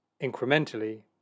incrementally